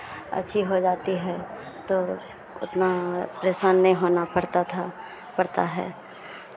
अच्छी हो जाती है तो उतना परेशान नहीं होना पड़ता था पड़ता है